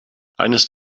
eines